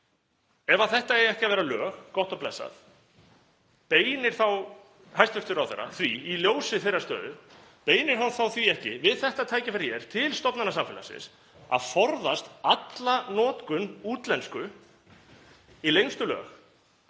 Ef þetta eiga ekki að vera lög, gott og blessað, beinir þá hæstv. ráðherra í ljósi þeirrar stöðu því ekki við þetta tækifæri hér til stofnana samfélagsins að forðast alla notkun útlensku í lengstu lög